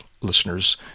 listeners